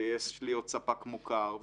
ויש להיות ספק מוכר,